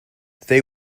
they